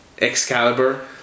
Excalibur